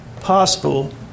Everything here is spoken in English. possible